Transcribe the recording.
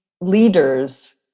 leaders